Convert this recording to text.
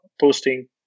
posting